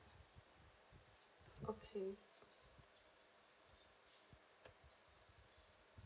okay